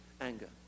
anger